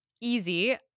easy